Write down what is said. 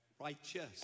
righteous